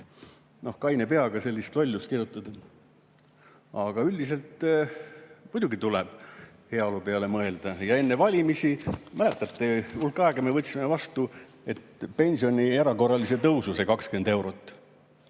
no kaine peaga sellist lollust kirjutada! Aga üldiselt muidugi tuleb heaolu peale mõelda. Ja enne valimisi, mäletate, hulk aega, me võtsime vastu pensioni erakorralise tõusu, see 20 eurot?